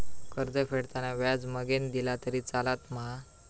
कर्ज फेडताना व्याज मगेन दिला तरी चलात मा?